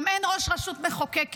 גם אין ראש רשות מחוקקת.